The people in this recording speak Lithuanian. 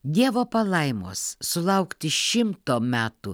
dievo palaimos sulaukti šimto metų